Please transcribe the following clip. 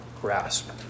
grasp